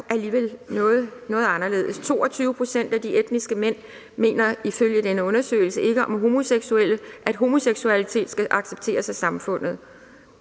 alligevel noget anderledes. 22 pct. af de etniske mænd mener ifølge den undersøgelse om homoseksuelle ikke, at homoseksualitet skal accepteres af samfundet.